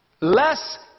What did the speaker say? less